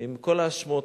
עם כל האשמות,